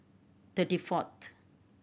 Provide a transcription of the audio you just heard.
thirty fourth